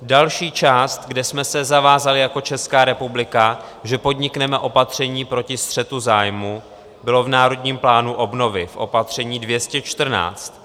Další část, kde jsme se zavázali jako Česká republika, že podnikneme opatření proti střetu zájmů, bylo v Národním plánu obnovy opatření 214.